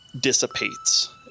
dissipates